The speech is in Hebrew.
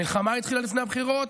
המלחמה התחילה לפני הבחירות.